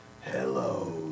Hello